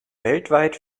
weltweit